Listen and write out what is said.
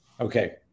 Okay